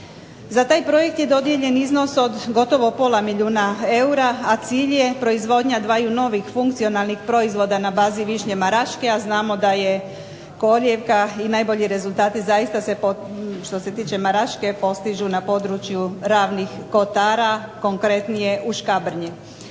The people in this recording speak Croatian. Za taj projekt je dodijeljen iznos od gotovo pola milijuna eura, a cilj je proizvodnja dvaju novih funkcionalnih proizvoda na bazi višnje maraske a znamo da je kolijevka i najbolji rezultati zaista se što se tiče Maraske postižu na području Ravnih kotara konkretnije u Škabrnji.